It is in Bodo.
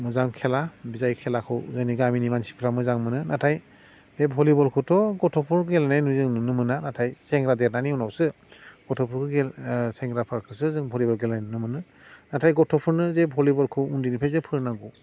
मोजां खेला जाय खेलाखौ जोंनि गामिनि मानसिफ्रा मोजां मोनो नाथाय बे भलिबलखौथ' गथ'फोर गेलेनाय जों नुनो मोना नाथाय सेंग्रा देरनानै उनावसो गथ'फोरखौ गेले सेंग्राफोरखौसो जों भलिबल गेलेनाय नुनो मोनो नाथाय गथ'फोरनो जे भलिबलखौ उन्दैनिफ्राय जे फोरोंनांगौ